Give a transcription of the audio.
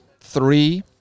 three